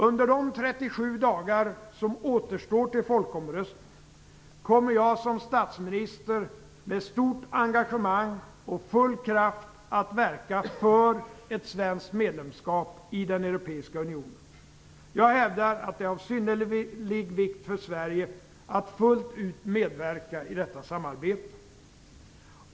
Under de 37 dagar som återstår till folkomröstningen kommer jag som statsminister med stort engagemang och full kraft att verka för ett svenskt medlemskap i Europeiska unionen. Jag hävdar att det är av synnerlig vikt för Sverige att fullt ut medverka i detta samarbete.